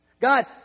God